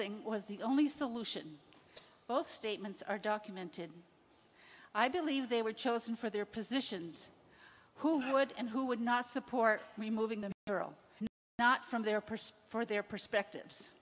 ing was the only solution both statements are documented i believe they were chosen for their positions who would and who would not support removing the girl not from their pursuit for their perspect